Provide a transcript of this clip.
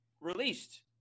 released